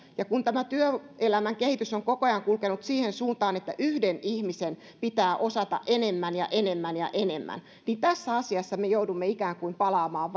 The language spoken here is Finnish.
ja kun työelämän kehitys on koko ajan kulkenut siihen suuntaan että yhden ihmisen pitää osata enemmän ja enemmän ja enemmän niin tässä asiassa me joudumme ikään kuin palaamaan